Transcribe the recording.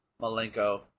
Malenko